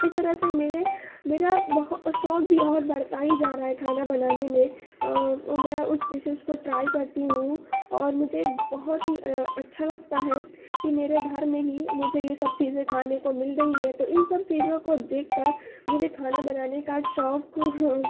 اس طرح سے میرے میرا بہت شوق بھی اور بڑھتا ہی جا رہا ہے کھانا بنانے میں اور میں اس ڈشز کو ٹرائی کرتی ہوں اور مجھے بہت ہی اچھا لگتا ہے کہ میرے گھر میں ہی مجھے یہ سب چیزیں کھانے کو مل رہی ہیں تو ان سب چیزوں کو دیکھ کر مجھے کھانا بنانے کا شوق